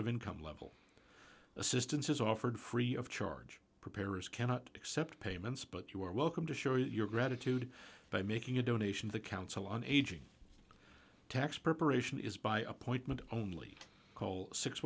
of income level assistance is offered free of charge preparers cannot accept payments but you are welcome to show your gratitude by making a donation the council on aging tax preparation is by appointment only